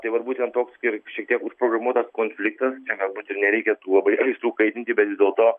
tai vat būtent toks ir šiek tiek užprogramuotas konfliktas čia galbūt ir nereikia tų labai aistrų kaitinti bet vis dėlto